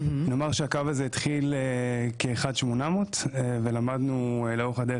הקו הזה התחיל כ-1800 ולמדנו לאורך הדרך